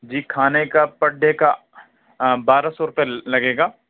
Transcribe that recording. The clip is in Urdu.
جی کھانے کا پر ڈے کا بارہ سو روپے لگے گا